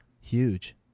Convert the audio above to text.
huge